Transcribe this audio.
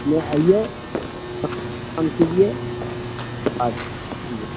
अपने आइयै पसंद कीजिए आ